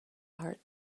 heart